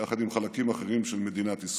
יחד עם חלקים אחרים של מדינת ישראל.